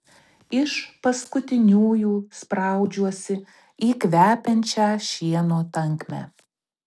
iš paskutiniųjų spraudžiuosi į kvepiančią šieno tankmę